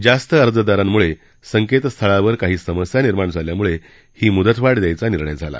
जास्त अर्जदारांमुळे संकेतस्थळावर काही समस्या निर्माण झाल्यामुळे ही मुदतवाढ देण्याचा निर्णय झाला